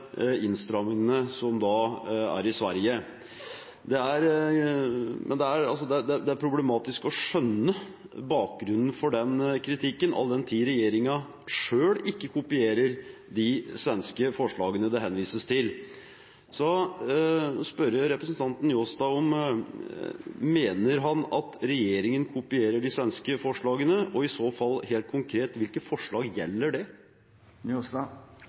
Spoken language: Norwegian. innstrammingene, som er i Sverige. Det er problematisk å skjønne bakgrunnen for den kritikken all den tid regjeringen selv ikke kopierer de svenske forslagene det henvises til. Jeg vil spørre representanten Njåstad: Mener han at regjeringen kopierer de svenske forslagene? I så fall, helt konkret: Hvilke forslag gjelder det?